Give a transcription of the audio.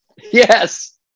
Yes